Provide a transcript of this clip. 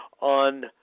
on